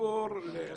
מתחילים